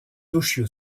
toshio